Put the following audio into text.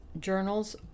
Journals